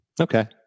Okay